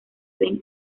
ben